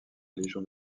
légion